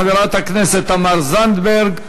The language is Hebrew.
חברת הכנסת תמר זנדברג,